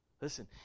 Listen